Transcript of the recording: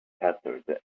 sputtered